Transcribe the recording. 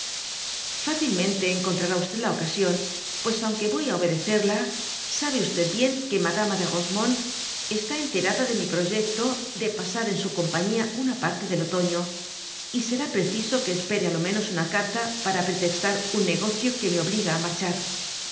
fácilmente enoonfxará la ocasión pues aunque voy á obedecerla sabe bien qae madama de rosemonde está enterada de mi projecto de pasar en su compañía una parte del otoño y será preciso que espere á lo menos una carta para pretextar un negocio que me obuga á marchar